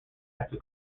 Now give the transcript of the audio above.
after